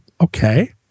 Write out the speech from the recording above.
okay